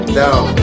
down